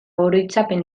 oroitzapen